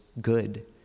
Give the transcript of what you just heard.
good